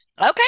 Okay